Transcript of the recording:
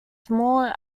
small